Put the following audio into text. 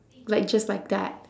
like just like that